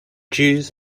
jews